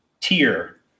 tier